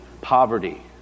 poverty